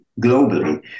globally